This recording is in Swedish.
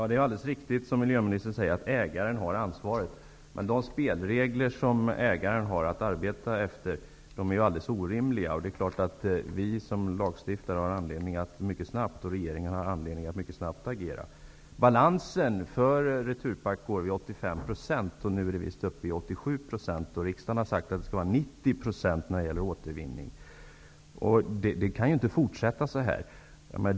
Herr talman! Det är riktigt som miljöministern säger, att det är ägaren som har ansvaret. Men de spelregler som ägaren har att arbeta efter är alldeles orimliga. Vi som lagstiftare och även regeringen har anledning att mycket snabbt agera. Balansen för Returpack ligger vid 85 %, men nu är man uppe vid 87 %. Riksdagen har uttalat att återvinningen skall vara 90 %. Det kan inte fortsätta så här.